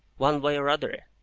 one way or other.